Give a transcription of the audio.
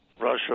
Russia